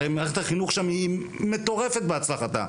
הרי מערכת החינוך שם מטורפת בהצלחתה.